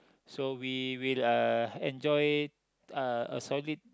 so we will uh enjoy uh a solid